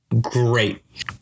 great